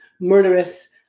murderous